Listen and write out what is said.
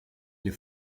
les